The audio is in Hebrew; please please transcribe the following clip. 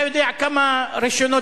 אתה יודע כמה רשיונות